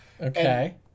Okay